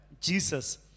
Jesus